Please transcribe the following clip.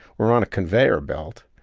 we're on a conveyer belt,